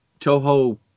Toho